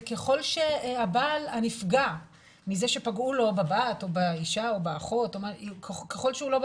וככל שהבעל הנפגע מזה שפגעו לו בבת או באישה או באחות לא בא בטענות,